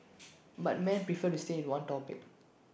but man prefer to stay in one topic